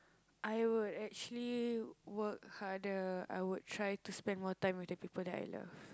I would actually work harder I would try to spend more time with the people that I love